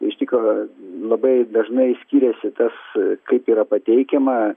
ištiko labai dažnai skiriasi tas kaip yra pateikiama